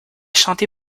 chanté